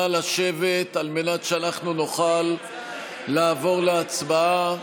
נא לשבת על מנת שנוכל לעבור להצבעה.